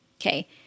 Okay